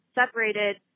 separated